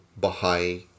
bahai